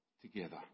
together